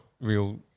real